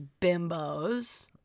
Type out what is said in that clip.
bimbos